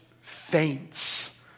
faints